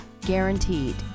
guaranteed